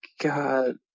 God